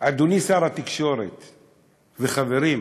אדוני שר התקשורת וחברים,